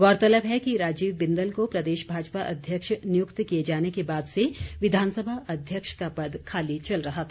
गौरतलब है कि राजीव बिंदल को प्रदेश भाजपा अध्यक्ष नियुक्त किए जाने के बाद से विधानसभा अध्यक्ष का पद खाली चल रहा था